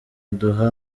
aduha